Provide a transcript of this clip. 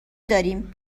داریم